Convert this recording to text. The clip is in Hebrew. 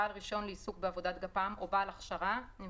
בעל רישיון לעיסוק בעבודת גפ"מ או בעל הכשרה שהוא